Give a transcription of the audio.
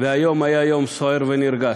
והיום היה יום סוער ונרגש,